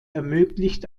ermöglicht